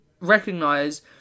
recognize